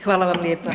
Hvala vam lijepa.